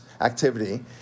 activity